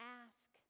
ask